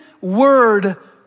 word